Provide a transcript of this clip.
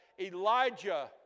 Elijah